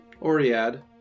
Oriad